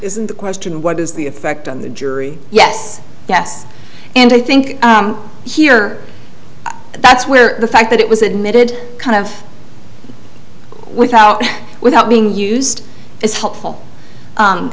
isn't the question what is the effect on the jury yes yes and i think here that's where the fact that it was admitted kind of without without being used is helpful